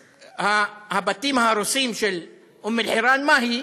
הבתים ההרוסים של אום-אלחיראן מהי?